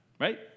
right